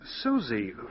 Susie